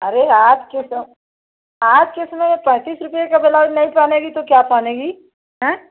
अरे आज के सअ आज के समय पैंतीस रुपये का ब्लाउज नहीं पहनेंगी तो क्या पहनेंगी हाँ